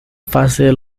fase